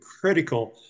critical